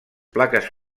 plaques